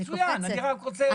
אני קופצת.